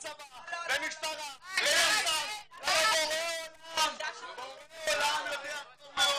תביאו צבא ומשטרה --- בורא עולם יודע טוב מאוד